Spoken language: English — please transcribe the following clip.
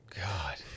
God